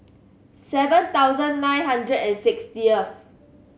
seven thousand nine hundred and sixtieth